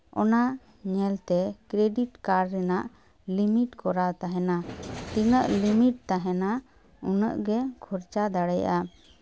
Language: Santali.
ᱚᱱᱟ ᱧᱮᱞᱛᱮ ᱠᱨᱮᱰᱤᱴ ᱠᱟᱨᱰ ᱨᱮᱱᱟᱜ ᱞᱤᱢᱤᱴ ᱠᱚᱨᱟᱣ ᱛᱟᱦᱮᱱᱟ ᱛᱤᱱᱟᱹᱜ ᱞᱤᱢᱤᱴ ᱛᱟᱦᱮᱱᱟ ᱩᱱᱟᱹᱜ ᱜᱮ ᱠᱷᱚᱨᱪᱟ ᱫᱟᱲᱮᱭᱟᱜᱼᱟᱢ